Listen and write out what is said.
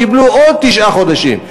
קיבלו עוד תשעה חודשים,